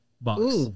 box